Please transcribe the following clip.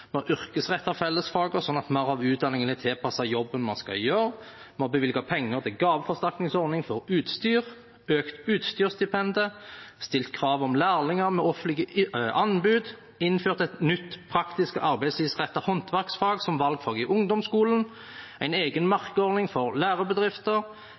har yrkesrettet fellesfagene sånn at mer av utdanningen er tilpasset jobben man skal gjøre, og vi har bevilget penger til gaveforsterkningsordning for utstyr, økt utstyrsstipendet, stilt krav om lærlinger ved offentlige anbud, innført et nytt, praktisk og arbeidslivsrettet håndverksfag som valgfag i ungdomsskolen, innført en egen